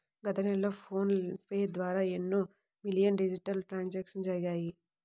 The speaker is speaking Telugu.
గత నెలలో ఫోన్ పే ద్వారా ఎన్నో మిలియన్ల డిజిటల్ ట్రాన్సాక్షన్స్ జరిగాయి